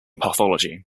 pathology